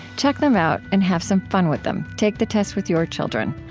check them out, and have some fun with them take the test with your children.